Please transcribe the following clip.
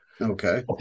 okay